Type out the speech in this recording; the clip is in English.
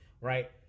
right